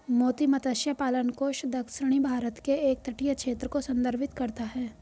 मोती मत्स्य पालन कोस्ट दक्षिणी भारत के एक तटीय क्षेत्र को संदर्भित करता है